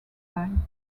time